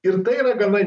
ir tai yra gana